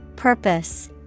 Purpose